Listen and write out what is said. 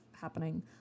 happening